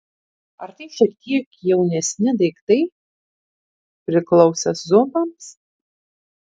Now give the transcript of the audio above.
ar tai šiek tiek jaunesni daiktai priklausę zubams